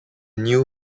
new